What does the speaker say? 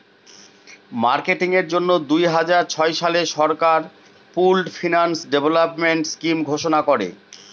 marketing এর জন্য দুই হাজার ছয় সালে সরকার পুল্ড ফিন্যান্স ডেভেলপমেন্ট স্কিম ঘোষণা করে